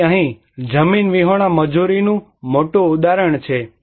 તેથી અહીં જમીન વિહોણા મજૂરીનું મોટું ઉદાહરણ છે